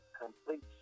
complete